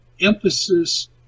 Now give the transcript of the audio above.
emphasis